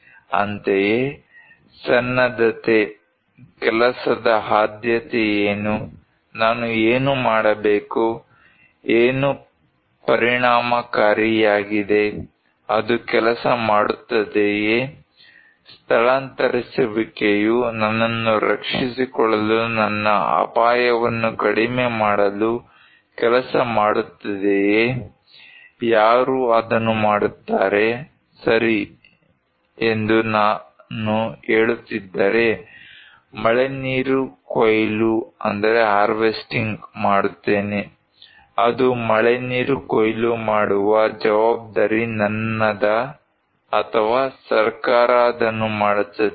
ಅಂತೆಯೇ ಸನ್ನದ್ಧತೆ ಕೆಲಸದ ಆದ್ಯತೆ ಏನು ನಾನು ಏನು ಮಾಡಬೇಕು ಏನು ಪರಿಣಾಮಕಾರಿಯಾಗಿದೆ ಅದು ಕೆಲಸ ಮಾಡುತ್ತದೆಯೇ ಸ್ಥಳಾಂತರಿಸುವಿಕೆಯು ನನ್ನನ್ನು ರಕ್ಷಿಸಿಕೊಳ್ಳಲು ನನ್ನ ಅಪಾಯವನ್ನು ಕಡಿಮೆ ಮಾಡಲು ಕೆಲಸ ಮಾಡುತ್ತದೆಯೇ ಯಾರು ಅದನ್ನು ಮಾಡುತ್ತಾರೆ ಸರಿ ಎಂದು ನಾನು ಹೇಳುತ್ತಿದ್ದರೆ ಮಳೆನೀರು ಕೊಯ್ಲು ಮಾಡುತ್ತೇನೆ ಅದು ಮಳೆ ನೀರು ಕೊಯ್ಲು ಮಾಡುವ ಜವಾಬ್ದಾರಿ ನನ್ನದ ಅಥವಾ ಸರ್ಕಾರ ಅದನ್ನು ಮಾಡುತ್ತದೆಯೇ